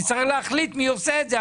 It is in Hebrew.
נצטרך להחליט מי עושה את זה,